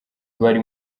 bari